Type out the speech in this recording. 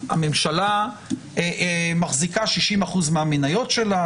הממשלה מחזיקה 60% מהמניות שלה,